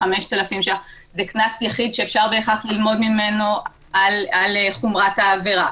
5,000 שח זה קנס יחיד שאפשר בהכרח ללמוד ממנו על חומרת העבירה.